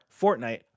Fortnite